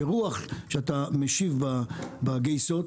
ברוח שאתה משיב בגייסות,